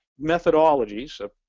methodologies